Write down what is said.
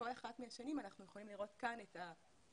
בכל אחת מהשנים אנחנו יכולים לראות כאן את השיעור